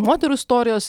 moterų istorijos